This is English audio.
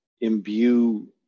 imbue